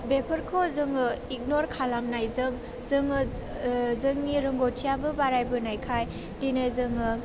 बेफोरखौ जोङो इगनर खालामनायजों जोङो जोंनि रोंगथियाबो बारायबोनायखाय दिनै जोङो